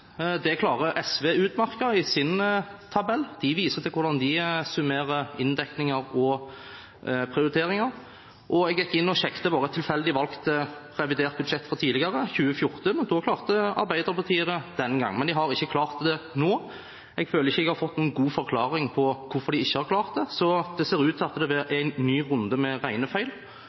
Det klarer SV utmerket i sin tabell. De viser til hvordan de summerer inndekninger og prioriteringer. Jeg gikk inn og sjekket et tilfeldig valgt revidert budsjett fra tidligere, fra 2014, og Arbeiderpartiet klarte det den gangen. Men de har ikke klart det nå. Jeg føler ikke at jeg har fått noen god forklaring på hvorfor de ikke har klart det, så det ser ut til at det er en ny runde med regnefeil